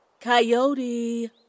Coyote